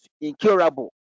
incurable